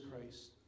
Christ